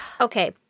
Okay